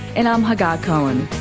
and i'm hagar cohen